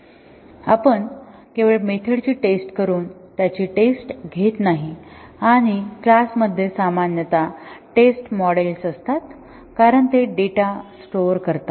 आपण केवळ मेथडची टेस्ट करून त्यांची टेस्ट घेत नाही आणि क्लास मध्ये सामान्यत स्टेट मॉडेल्स असतात कारण ते डेटा स्टोअर करतात